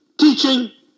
teaching